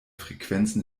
frequenzen